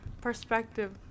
perspective